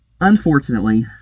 Unfortunately